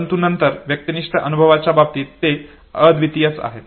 परंतु नंतर व्यक्तिनिष्ठ अनुभवाच्या बाबतीत ते अद्वितीय आहेत